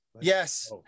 yes